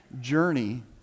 journey